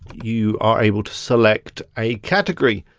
you are able to select a category.